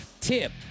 tip